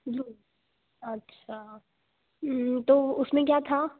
blue अच्छा तो उसमें क्या था